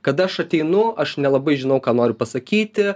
kad aš ateinu aš nelabai žinau ką noriu pasakyti